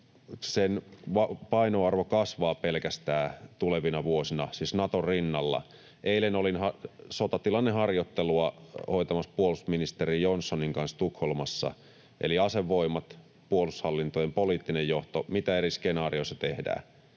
painoarvo kasvaa pelkästään tulevina vuosina, siis Naton rinnalla. Eilen olin sotatilanneharjoittelua hoitamassa puolustusministeri Jonsonin kanssa Tukholmassa, eli asevoimat, puolustushallintojen poliittinen johto, mitä eri skenaarioissa tehdään,